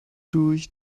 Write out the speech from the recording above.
durch